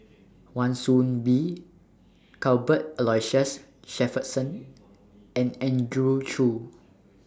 Wan Soon Bee Cuthbert Aloysius Shepherdson and Andrew Chew